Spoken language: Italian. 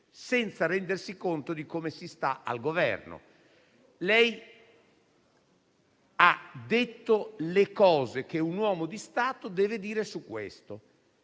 senza rendersi conto di come si sta al Governo. Lei, signor Ministro, ha detto le cose che un uomo di Stato deve dire su questo.